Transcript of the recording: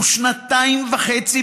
ושנתיים וחצי,